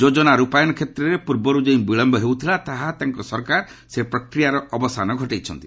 ଯୋଜନା ରୂପାୟନ କ୍ଷେତ୍ରରେ ପୂର୍ବରୁ ଯେଉଁ ବିଳମ୍କ ହେଉଥିଲା ତାଙ୍କ ସରକାର ସେ ପ୍ରକ୍ରିୟାର ଅବସାନ ଘଟାଇଛନ୍ତି